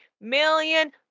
million